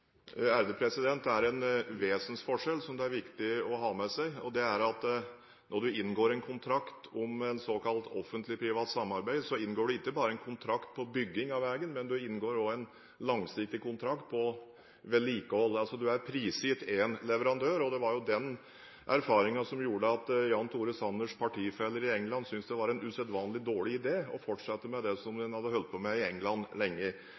Det er en vesensforskjell som det er viktig å ha med seg. Det er at når en inngår en kontrakt om et såkalt Offentlig Privat Samarbeid, inngår en ikke bare en kontrakt om bygging av veien, en inngår også en langsiktig kontrakt om vedlikehold. En er altså prisgitt én leverandør. Det var jo en slik erfaring som gjorde at Jan Tore Sanners partifeller i England syntes det var en usedvanlig dårlig idé å fortsette med det som en hadde holdt på med i England lenge.